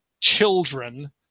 children